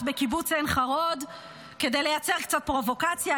בקיבוץ עין חרוד כדי לייצר קצת פרובוקציה,